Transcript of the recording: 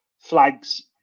flags